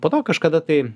po to kažkada tai